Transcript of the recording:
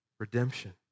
Redemption